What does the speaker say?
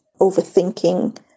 overthinking